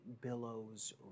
billows